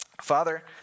Father